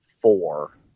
four